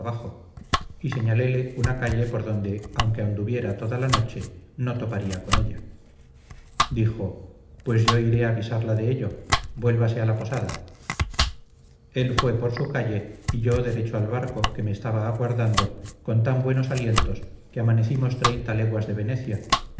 y señaléle una calle por donde aunque anduviera toda la noche no toparía con ella dijo pues yo iré a avisarla de ello vuélvase a la posada él fue por su calle y yo derecho al barco que me estaba aguardando con tan buenos alientos que amanecimos treinta leguas de venecia